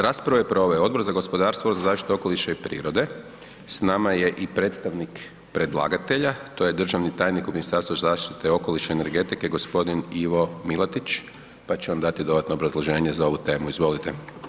Raspravu je proveo Odbor za gospodarstvo, za zaštitu okoliša i prirode, s nama je i predstavnik predlagatelja, to je državni tajnik u Ministarstvu zaštite okoliša i energetike g. Ivo Milatić, pa će on dati dodatno obrazloženje za ovu temu, izvolite.